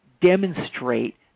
demonstrate